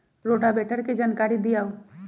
Rotavator के जानकारी दिआउ?